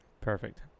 Perfect